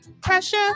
Pressure